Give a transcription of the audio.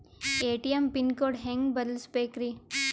ATM pin code ಹೆಂಗ್ ಬದಲ್ಸ್ಬೇಕ್ರಿ?